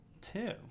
two